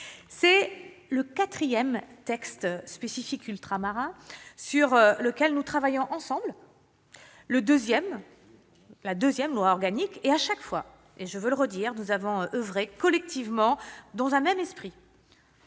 C'est le quatrième texte spécifiquement ultramarin sur lequel nous travaillons ensemble, le deuxième projet de loi organique, et chaque fois, je veux le redire, nous avons oeuvré collectivement dans un même esprit,